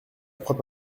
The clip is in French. croix